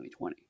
2020